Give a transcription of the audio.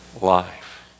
life